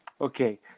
Okay